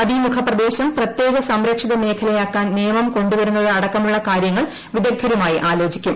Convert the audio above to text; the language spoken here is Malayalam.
നദീമുഖ പ്രദേശം പ്രത്യേക സംരക്ഷിത മേഖലയാക്കാൻ നിയമം കൊണ്ടുവരുന്നത് അടക്കമുള്ള കാര്യങ്ങൾ വിദഗ്ദ്ധരുമായി ആലോചിക്കും